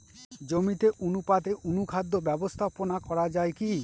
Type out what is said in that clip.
জমিতে অনুপাতে অনুখাদ্য ব্যবস্থাপনা করা য়ায় কি?